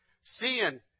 seeing